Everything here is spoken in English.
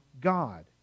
God